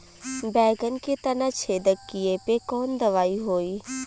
बैगन के तना छेदक कियेपे कवन दवाई होई?